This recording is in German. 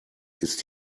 ist